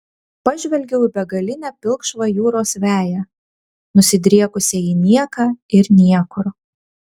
pažvelgiau į begalinę pilkšvą jūros veją nusidriekusią į nieką ir niekur